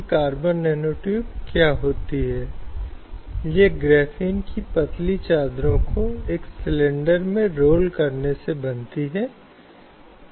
इस व्याख्यान में हम उस पाठ्यक्रम के अगले मॉड्यूल पर चर्चा शुरू करेंगे जो कार्यस्थल पर महिलाओं की सुरक्षा पर है